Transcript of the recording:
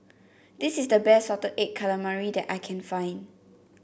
this is the best Salted Egg Calamari that I can find